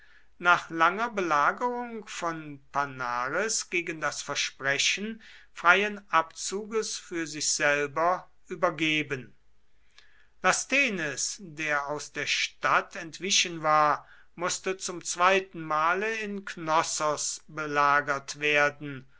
nach langer belagerung von panares gegen das versprechen freien abzuges für sich selber übergeben lasthenes der aus der stadt entwichen war mußte zum zweiten male in knossos belagert werden